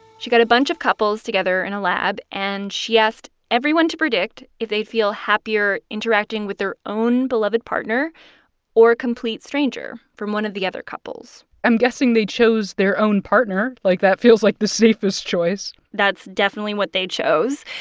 she got a bunch of couples together in a lab, and she asked everyone to predict if they'd feel happier interacting with their own beloved partner or a complete stranger from one of the other couples i'm guessing they chose their own partner. like, that feels like the safest choice that's definitely what they chose.